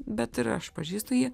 bet ir aš pažįstu jį